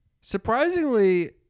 Surprisingly